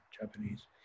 japanese